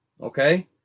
okay